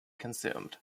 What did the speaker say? consumed